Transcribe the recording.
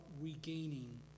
regaining